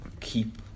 keep